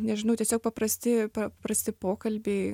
nežinau tiesiog paprasti paprasti pokalbiai